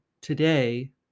today